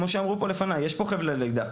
כמו שאמרו פה לפניי, יש פה חבלי לידה.